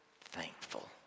thankful